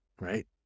right